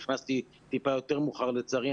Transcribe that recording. נכנסתי טיפה יותר מאוחר לצערי,